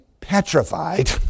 petrified